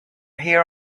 here